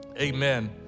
Amen